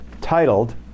titled